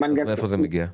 אז מאיפה זה מגיע?